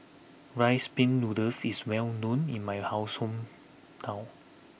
Rice Pin Noodles is well known in my house hometown